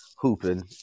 hooping